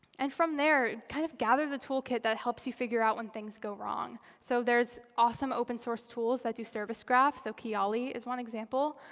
and from there, kind of gather the tool kit that helps you figure out when things go wrong. so there's awesome open source tools that do service graph. so kiali is one example.